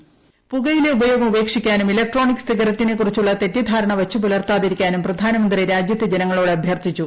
voice പുകയില ഉപയോഗംഉപേക്ഷിക്കാറ്റും electronic സിഗരറ്റിനെ ക്കുറിച്ചുള്ള തെറ്റിദ്ധാരണ വച്ചു പു്ലർത്താതിരിക്കാനും പ്രധാനമന്ത്രി രാജ്യത്തെ ജനങ്ങളോട് അഭ്യർത്ഥിച്ചു